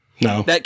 No